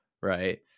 right